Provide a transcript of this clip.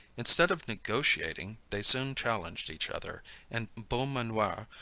instead of negotiating, they soon challenged each other and beaumanoir,